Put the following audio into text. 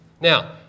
Now